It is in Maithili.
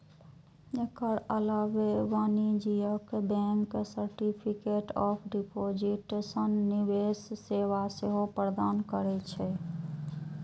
एकर अलावे वाणिज्यिक बैंक सर्टिफिकेट ऑफ डिपोजिट सन निवेश सेवा सेहो प्रदान करै छै